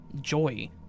joy